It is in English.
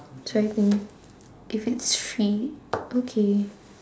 so I think if it's free okay